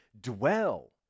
Dwell